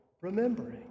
remembering